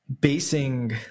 basing